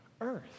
earth